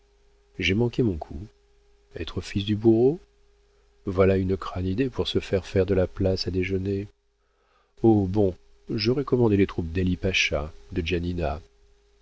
j'ai manqué mon coup être fils du bourreau voilà une crâne idée pour se faire faire de la place à déjeuner oh bon j'aurai commandé les troupes d'ali pacha de